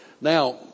Now